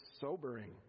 sobering